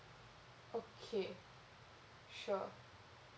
okay sure